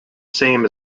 same